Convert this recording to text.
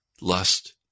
lust